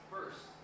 First